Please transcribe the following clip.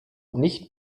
nicht